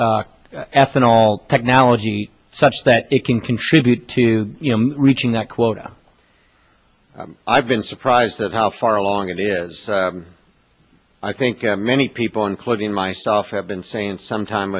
ethanol technology such that it can contribute to reaching that quota i've been surprised at how far along it is i think many people including myself have been saying sometime